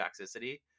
toxicity